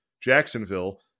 Jacksonville